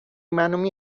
منو